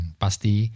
pasti